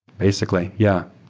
basically. yeah.